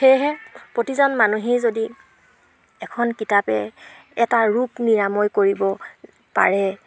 সেয়েহে প্ৰতিজন মানুহেই যদি এখন কিতাপে এটা ৰোগ নিৰাময় কৰিব পাৰে